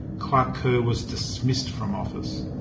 clark kerr was dismissed from office.